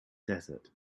desert